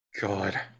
God